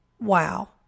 Wow